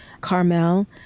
Carmel